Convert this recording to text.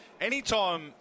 Anytime